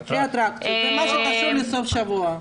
ואטרקציות, מה שחשוב לסוף השבוע.